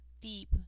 deep